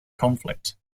conflict